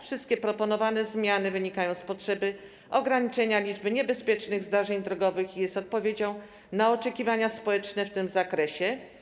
Wszystkie proponowane zmiany wynikają z potrzeby ograniczenia liczby niebezpiecznych zdarzeń drogowych i są odpowiedzią na oczekiwania społeczne w tym zakresie.